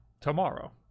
tomorrow